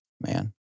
Man